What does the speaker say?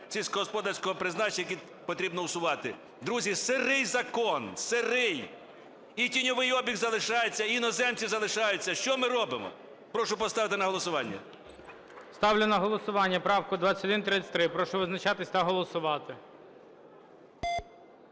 сільськогосподарського призначення, які потрібно усувати. Друзі, сирий закон, сирий. І тіньовий обіг залишається, і іноземці залишаються. Що ми робимо? Прошу поставити на голосування. ГОЛОВУЮЧИЙ. Ставлю на голосування правку 2133. Прошу визначатись та голосувати.